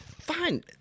fine